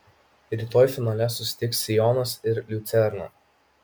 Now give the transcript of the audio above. rytoj finale susitiks sionas ir liucerna